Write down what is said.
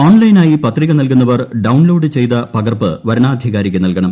ഓൺലൈനായി പത്രിക നൽകുന്നവർ ഡൌൺലോഡ് ചെയ്ത് പകർപ്പ് വരണാധികാരിക്ക് നൽകണം